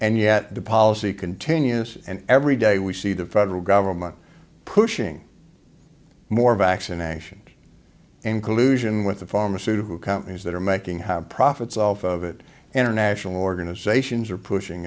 and yet the policy continues and every day we see the federal government pushing more vaccination in collusion with the pharmaceutical companies that are making have profits off of it international organizations are pushing